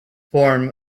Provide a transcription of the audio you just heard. form